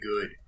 good